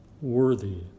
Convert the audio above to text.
worthy